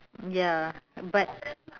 ya but